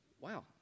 wow